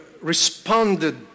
responded